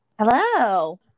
Hello